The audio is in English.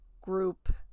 group